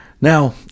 Now